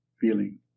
feeling